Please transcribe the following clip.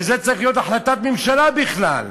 שזו צריכה להיות החלטת ממשלה בכלל?